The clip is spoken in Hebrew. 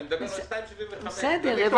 אני מדבר על 2.75. הבנתי,